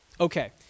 Okay